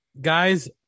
guys